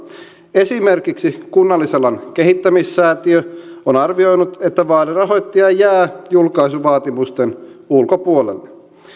esimerkiksi kunnallisalan kehittämissäätiö on arvioinut että vaalirahoittaja jää julkaisuvaatimusten ulkopuolelle